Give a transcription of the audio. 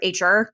HR